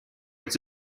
its